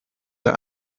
der